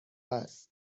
است